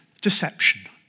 deception